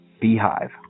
beehive